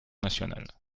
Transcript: nationale